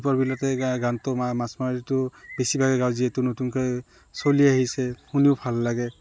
দীপৰ বিলতে গানটো মাছ মাৰিটো বেছিভাগে গাঁও যিহেতু নতুনকৈ চলি আহিছে শুনিও ভাল লাগে